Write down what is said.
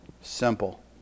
simple